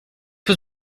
was